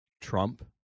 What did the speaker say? Trump